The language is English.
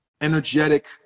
energetic